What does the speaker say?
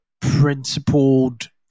principled